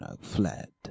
fled